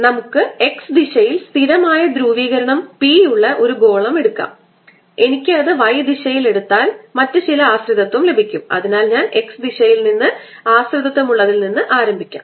നമുക്ക് X ദിശയിൽ സ്ഥിരമായ ധ്രുവീകരണം P ഉള്ള ഒരു ഗോളം എടുക്കാം എനിക്ക് അത് y ദിശയിൽ എടുത്താൽ മറ്റ് ചില ആശ്രിതത്വം ലഭിക്കും അതിനാൽ ഞാൻ x ദിശയിൽ നിന്ന് ആശ്രിതത്വം ഉള്ളതിൽനിന്ന് ആരംഭിക്കും